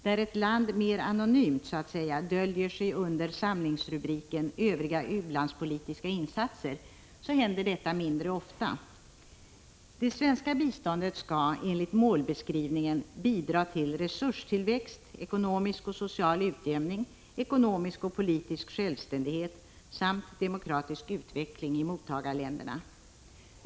Där ett land mer anonymt så att säga döljer sig under samlingsrubriken Övriga u-landspolitiska insatser händer detta mindre ofta. Det svenska biståndet skall enligt målbeskrivningen bidra till resurstillväxt, ekonomisk och social utjämning, ekonomisk och politisk självständighet samt demokratisk utveckling i mottagarländerna.